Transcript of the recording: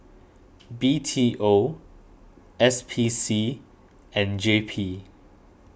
B T O S P C and J P